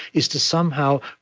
is to somehow